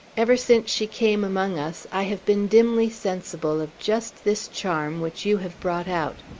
ever since she came among us, i have been dimly sensible of just this charm which you have brought out.